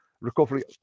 recovery